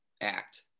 act